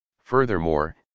Furthermore